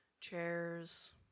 chairs